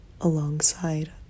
alongside